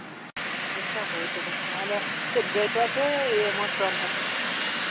ᱟᱪᱪᱷᱟ ᱦᱳᱭ ᱛᱚᱵᱮ ᱱᱟᱦᱟᱸᱜ ᱟᱫᱚ ᱪᱮᱫ ᱜᱟᱹᱭ ᱛᱳᱣᱟ ᱥᱮ ᱢᱳᱥ ᱛᱳᱣᱟ ᱦᱟᱸᱜ